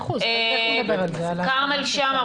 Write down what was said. כרמל שאמה,